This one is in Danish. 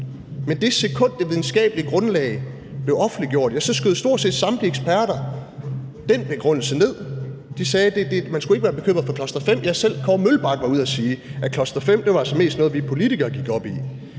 Men i det sekund det videnskabelige grundlag blev offentliggjort, skød stort set samtlige eksperter den begrundelse ned. De sagde, at man skulle ikke være bekymret for cluster-5, ja, selv Kåre Mølbak var ude og sige, at cluster-5 altså mest var noget, som vi politikere gik op i.